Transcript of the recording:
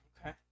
okay